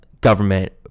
government